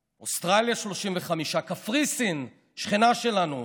אוסטרליה, 35, קפריסין, שכנה שלנו,